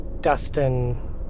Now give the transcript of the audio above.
Dustin